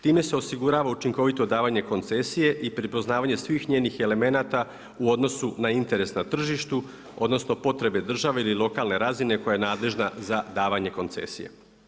Time se osigurava učinkovito davanje koncesije i prepoznavanje svih njenih elemenata u odnosu na interes na tržištu odnosno potrebe države ili lokalne razine koja je nadležna za davanje koncesije.